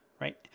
right